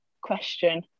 question